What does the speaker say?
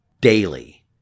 daily